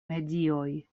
medioj